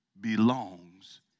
belongs